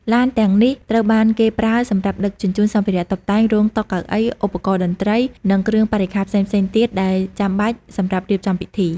ឡានទាំងនេះត្រូវបានគេប្រើសម្រាប់ដឹកជញ្ជូន សម្ភារៈតុបតែង រោង តុ កៅអី ឧបករណ៍តន្រ្តី និងគ្រឿងបរិក្ខារផ្សេងៗទៀតដែលចាំបាច់សម្រាប់រៀបចំពិធី។